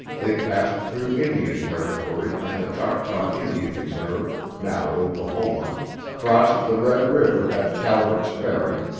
they passed through indian territory and the choctaw indian reserve now oklahoma crossed the red river at calvert's ferry,